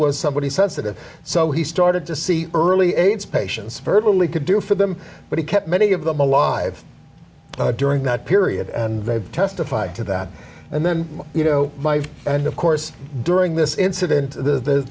was somebody sensitive so he started to see early aids patients virtually could do for them but he kept many of them alive during that period and they testified to that and then you know my and of course during this incident th